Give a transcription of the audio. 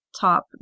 top